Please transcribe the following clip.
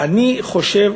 אני חושב,